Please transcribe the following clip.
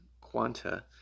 quanta